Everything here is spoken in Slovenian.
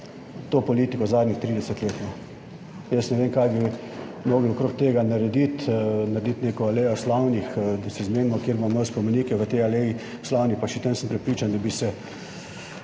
to politiko zadnjih 30 let. No, jaz ne vem, kaj bi morali narediti okrog tega, morda narediti neko alejo slavnih, da se zmenimo, kdo bo imel spomenik v tej aleji slavnih, pa še tam sem prepričan, da bi se